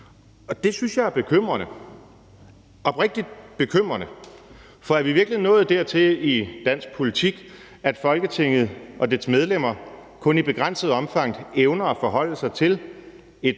Og det synes jeg er bekymrende – oprigtigt bekymrende, for er vi i virkeligheden nået dertil i dansk politik, at Folketinget og dets medlemmer kun i begrænset omfang evner at forholde sig til et